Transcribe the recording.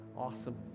awesome